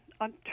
on